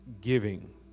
giving